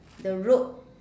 the road